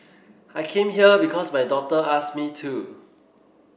I came here because my daughter asked me to